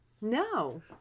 No